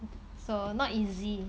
so not easy